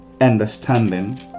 understanding